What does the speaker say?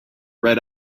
red